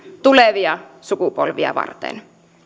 tulevia sukupolvia varten